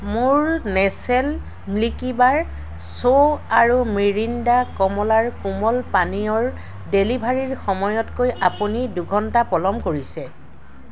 মোৰ Nestle Milkybar চৌ আৰু মিৰিণ্ডা কমলাৰ কোমল পানীয়ৰ ডেলিভাৰীৰ সময়তকৈ আপুনি দুঘণ্টা পলম কৰিছে